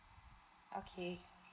okay